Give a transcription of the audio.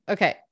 Okay